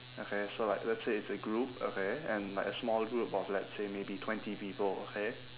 okay so like let's say it's a group okay and like a small group of let's say maybe twenty people okay